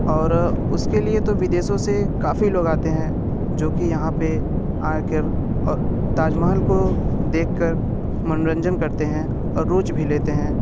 और उसके लिए तो विदेशों से काफ़ी लोग आते हैं जो कि यहाँ पर आ कर और ताज महल को देख कर मनोरंजन करते हैं और रुचि भी लेते हैं